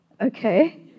Okay